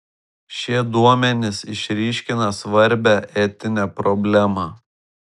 šie duomenys išryškina svarbią etinę problemą